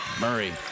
Murray